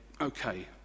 okay